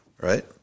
Right